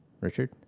richard